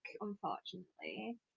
Unfortunately